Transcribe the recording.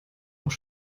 auch